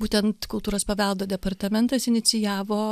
būtent kultūros paveldo departamentas inicijavo